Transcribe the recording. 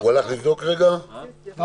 אנחנו